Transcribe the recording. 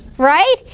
right?